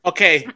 Okay